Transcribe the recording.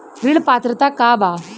ऋण पात्रता का बा?